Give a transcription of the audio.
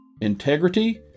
integrity